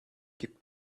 keep